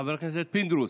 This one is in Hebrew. חבר הכנסת פינדרוס,